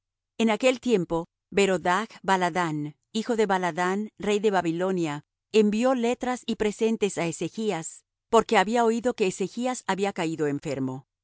en aquel tiempo berodach baladán hijo de baladán rey de babilonia envió letras y presentes á ezechas porque había oído que ezechas había caído enfermo